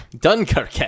Dunkirk